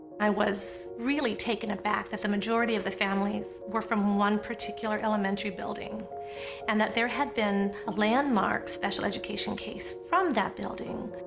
i was really taken aback that the majority of the families were from one particular elementary building and that there had been a landmark special education case from that building,